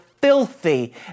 filthy